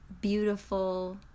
beautiful